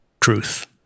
truth